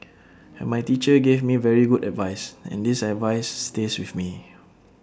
and my teacher gave me very good advice and this advices stays with me